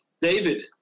David